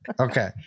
Okay